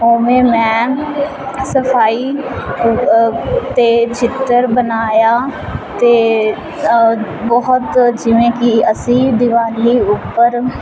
ਉਵੇਂ ਮੈਂ ਸਫਾਈ ਅਤੇ ਚਿੱਤਰ ਬਣਾਇਆ ਅਤੇ ਬਹੁਤ ਜਿਵੇਂ ਕਿ ਅਸੀਂ ਦੀਵਾਲੀ ਉੱਪਰ